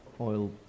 Oil